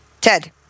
Ted